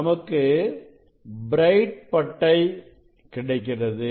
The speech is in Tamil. நமக்கு பிரைட் பட்டை கிடைக்கிறது